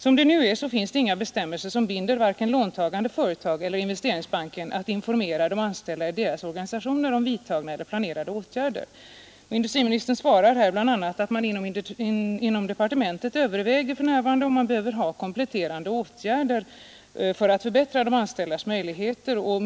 Som det nu är finns inga bestämmelser som binder vare sig låntagande företag eller Investeringsbanken att informera de anställda eller deras organisationer om vidtagna eller planerade åtgärder. Inrikesministern svarar här bl.a. att inom ”departementen övervägs för närvarande i vad mån kompletterande åtgärder kan behövas för att förbättra de anställdas möjligheter”.